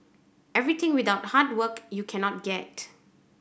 everything without hard work you cannot get